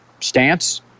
stance